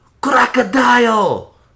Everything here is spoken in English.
Crocodile